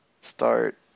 start